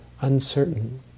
uncertain